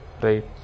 right